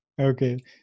Okay